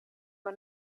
man